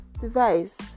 device